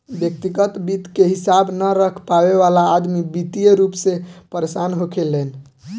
व्यग्तिगत वित्त के हिसाब न रख पावे वाला अदमी वित्तीय रूप से परेसान होखेलेन